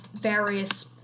various